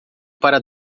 para